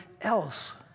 else